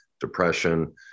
depression